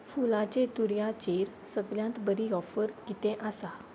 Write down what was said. फुलांचे तुुर्याचेर सगळ्यांत बरी ऑफर कितें आसा